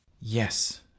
Yes